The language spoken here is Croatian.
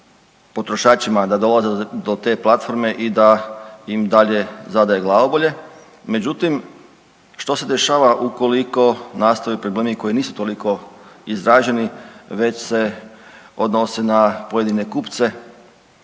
potrošačima da dolaze do te platforme i da im dalje zadaju glavobolje. Međutim, što se dešava ukoliko nastaju problemi koji nisu toliko izraženi već se odnose na pojedine kupce